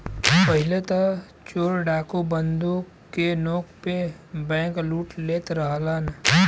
पहिले त चोर डाकू बंदूक के नोक पे बैंकलूट लेत रहलन